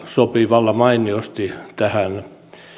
sopii vallan mainiosti tähän